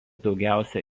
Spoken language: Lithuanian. daugiausia